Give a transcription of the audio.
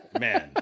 man